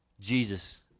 Jesus